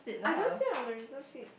I don't sit on the reserved seat